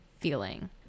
feeling